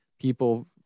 people